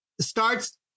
starts